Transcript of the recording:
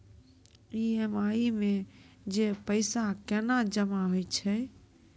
EMI मे जे पैसा केना जमा होय छै?